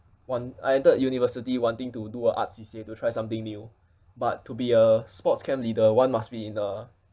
one I entered university wanting to do a arts C_C_A to try something new but to be a sports camp leader one must be in a